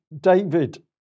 David